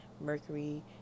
Mercury